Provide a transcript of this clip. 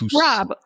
Rob